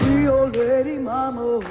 creole lady marmalade